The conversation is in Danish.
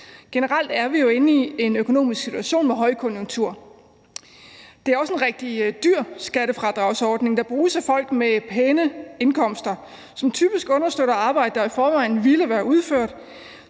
Generelt er vi jo inde i en økonomisk situation med højkonjunktur. Det er også en rigtig dyr skattefradragsordning, der bruges af folk med pæne indkomster, som typisk understøtter arbejde, der i forvejen ville være blevet